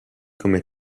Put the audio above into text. come